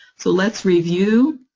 so let's review